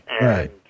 Right